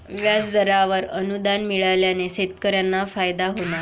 व्याजदरावर अनुदान मिळाल्याने शेतकऱ्यांना फायदा होणार